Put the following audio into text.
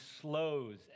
slows